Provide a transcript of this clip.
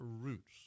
roots